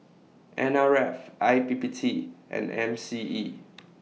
N R F I P P T and M C E